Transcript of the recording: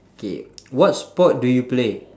K what sport do you play